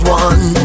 one